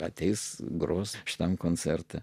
ateis gros šitam koncertą